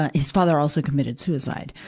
ah his father also committed suicide.